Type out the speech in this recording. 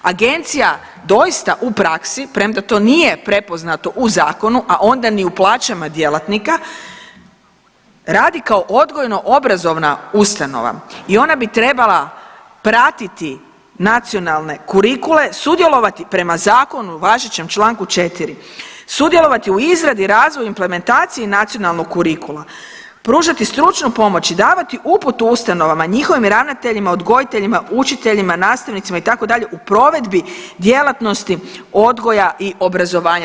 Agencija doista u praksi, premda to nije prepoznato u zakonu, a onda ni u plaćama djelatnika radi kao odgojno-obrazovna ustanova i ona bi trebala pratiti nacionalne kurikule, sudjelovati prema zakonu u važećem čl. 4. sudjelovati u izradi i razvoju implementacije nacionalnog kurikula, pružati stručnu pomoć i davati uputu ustanovama, njihovim ravnateljima, odgojiteljima, učiteljima, nastavnicima itd. u provedbi djelatnosti odgoja i obrazovanja.